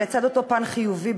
לצד אותו פן חיובי,